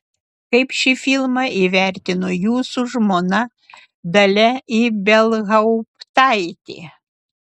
kaip šį filmą įvertino jūsų žmona dalia ibelhauptaitė